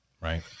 Right